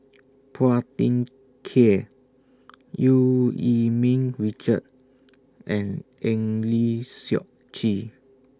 Phua Thin Kiay EU Yee Ming Richard and Eng Lee Seok Chee